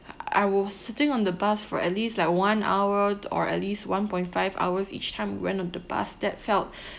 I was sitting on the bus for at least like one hour or at least one point five hours each time when on the bus that felt